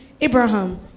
Abraham